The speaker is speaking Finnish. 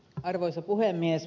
arvoisa puhemies